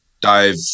dive